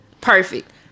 Perfect